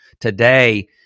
Today